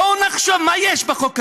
בואו נחשוב מה יש בחוק הזה,